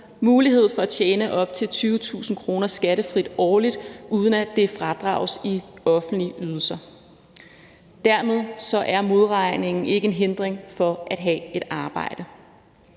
mulighed for at tjene op til 20.000 kr. skattefrit årligt, uden at det fradrages i offentlige ydelser. Dermed er modregningen ikke en hindring for at have et arbejde.